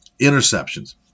Interceptions